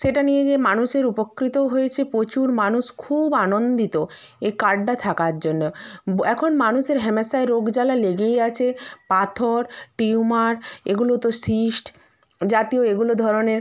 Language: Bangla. সেটা নিয়ে যে মানুষের উপকৃতও হয়েছে প্রচুর মানুষ খুব আনন্দিত এ কার্ডটা থাকার জন্য এখন মানুষের হামেশাই রোগ জ্বালা লেগেই আছে পাথর টিউমার এগুলো তো সিস্ট জাতীয় এগুলো ধরনের